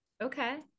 Okay